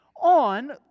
On